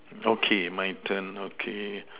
okay my turn okay